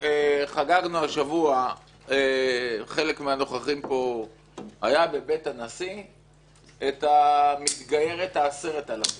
חגגנו השבוע - חלק מהנוכחים פה היה בבית הנשיא - את המתגיירת ה-10,000